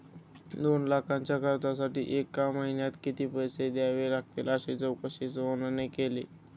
दोन लाखांच्या कर्जासाठी एका महिन्यात किती पैसे द्यावे लागतील अशी चौकशी सोहनने केली